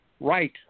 right